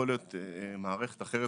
יכול להיות מערכת אחרת,